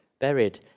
buried